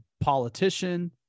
politician